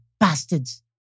Bastards